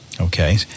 Okay